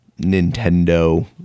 Nintendo